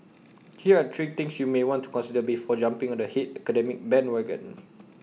here are three things you may want to consider before jumping on the hate academic bandwagon